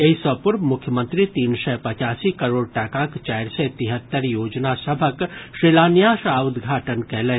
एहि सँ पूर्व मुख्यमंत्री तीन सय पचासी करोड़ टाकाक चारि सय तिहत्तरि योजना सभक शिलान्यास आ उद्घाटन कयलनि